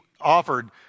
offered